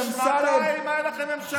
שנתיים הייתה לכם ממשלה.